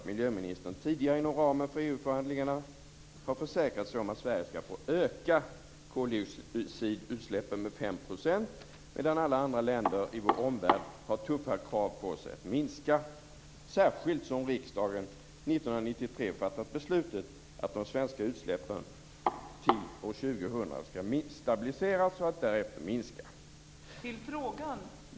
Miljöministern har ju tidigare inom ramen för EU förhandlingarna försäkrat sig om att Sverige skall få öka koldioxidutsläppen med 5 %. Alla andra länder i vår omvärld har däremot tuffa krav på sig att minska dem, och riksdagen fattade 1993 beslutet att de svenska utsläppen skall stabiliseras till år 2000 för att därefter minska.